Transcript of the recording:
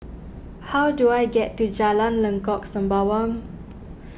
how do I get to Jalan Lengkok Sembawang